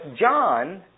John